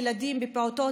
ילדים ופעוטות,